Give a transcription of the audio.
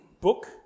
book